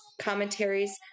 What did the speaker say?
commentaries